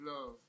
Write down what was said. love